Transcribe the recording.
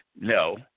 No